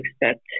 expect